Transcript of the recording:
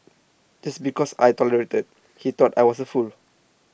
just because I tolerated he thought I was A fool